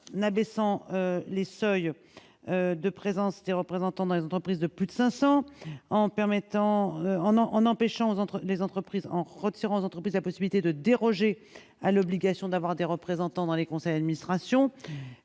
en n'abaissant les seuils de présence des représentants dans les entreprises de plus de 500 en permettant, en en en empêchant aux entre les entreprises en retirant aux entreprises la possibilité de déroger à l'obligation d'avoir des représentants dans les conseils, administrations